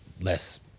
less